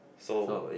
so